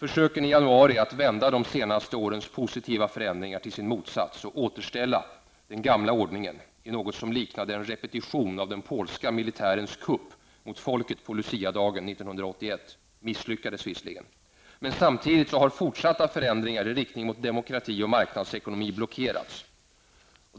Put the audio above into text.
misslyckades försöken i januari att vända de senaste årens positiva förändringar till sin motsats och återställa den gamla ordningen till något som liknande en repetition av den polska militärens kupp mot folket på luciadagen 1981. Men samtidigt har fortsatta förändringar i riktning mot demokrati och marknadsekonomi blockerats.